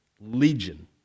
legion